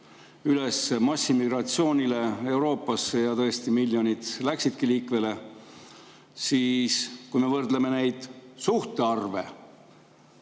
üles massiimmigratsioonile Euroopasse ja miljonid läksidki liikvele. Kui me võrdleme neid suhtarve